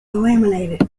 eliminated